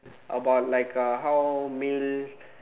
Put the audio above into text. about like uh how male